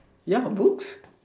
ya books